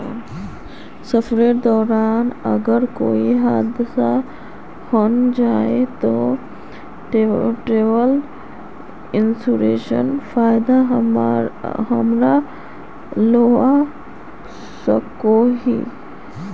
सफरेर दौरान अगर कोए हादसा हन जाहा ते ट्रेवल इन्सुरेंसर फायदा हमरा लुआ सकोही